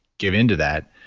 give into that.